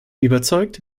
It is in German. überzeugt